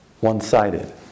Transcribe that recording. one-sided